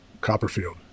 Copperfield